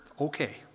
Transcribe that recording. okay